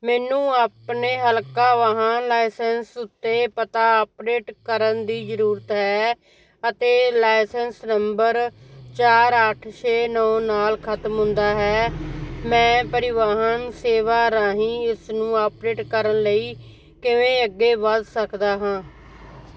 ਮੈਨੂੰ ਆਪਣੇ ਅਲਕਾ ਵਾਹਨ ਲਾਇਸੈਂਸ ਉੱਤੇ ਪਤਾ ਅਪਡੇਟ ਕਰਨ ਦੀ ਜ਼ਰੂਰਤ ਹੈ ਅਤੇ ਲਾਇਸੈਂਸ ਨੰਬਰ ਚਾਰ ਅੱਠ ਛੇ ਨੌ ਨਾਲ ਖ਼ਤਮ ਹੁੰਦਾ ਹੈ ਮੈਂ ਪਰਿਵਾਹਨ ਸੇਵਾ ਰਾਹੀਂ ਇਸ ਨੂੰ ਅੱਪਡੇਟ ਕਰਨ ਲਈ ਕਿਵੇਂ ਅੱਗੇ ਵਧ ਸਕਦਾ ਹਾਂ